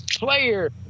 player